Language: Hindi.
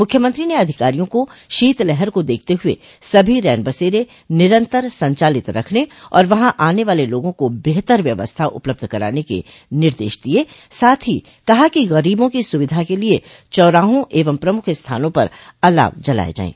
मुख्यमंत्री ने अधिकारियों को शीतलहर को देखते हुए सभी रैन बसेरे निरन्तर संचालित रखने और वहां आने वाले लोगों को बेहतर व्यवस्था उपलब्ध कराने के निर्देश दिये साथ ही कहा कि गरीबों की सुविधा के लिये चौराहों एवं प्रमुख स्थानों पर अलाव जलाये जाये